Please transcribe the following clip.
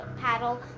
paddle